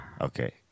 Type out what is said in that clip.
Okay